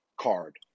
card